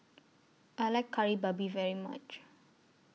I like Kari Babi very much